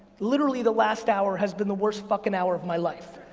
literally the last hour has been the worst fucking hour of my life.